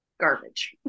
garbage